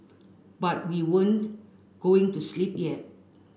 but we weren't going to sleep yet